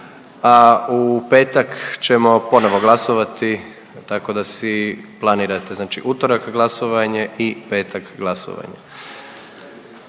a u petak ćemo ponovo glasovati. Tako da si planirate. Znači utorak glasovanje i petak glasovanje.